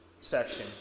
section